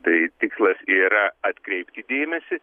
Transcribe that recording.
tai tikslas yra atkreipti dėmesį